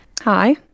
Hi